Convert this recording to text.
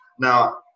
Now